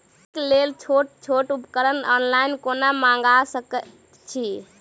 खेतीक लेल छोट छोट उपकरण ऑनलाइन कोना मंगा सकैत छी?